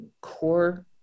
core